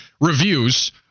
reviews